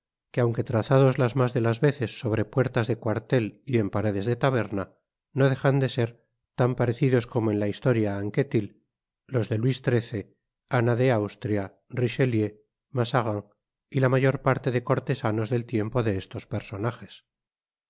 que aunque trazados las mas de las veces sobre puertas de cuartel y en paredes de taberna no dejan de ser tan parecidos como en la historia anquetil los de luis xiii ana de austria richelieu mazarin y la mayor parte de cortesanos del tiempo de estos personajes